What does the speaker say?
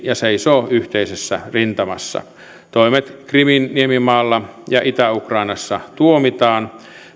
ja seisoo yhteisessä rintamassa toimet krimin niemimaalla ja itä ukrainassa tuomitaan